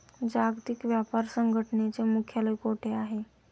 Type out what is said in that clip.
जागतिक व्यापार संघटनेचे मुख्यालय कुठे आहे?